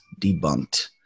debunked